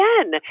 again